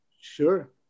Sure